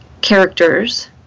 characters